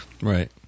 Right